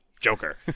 Joker